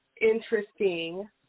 interesting